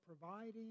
providing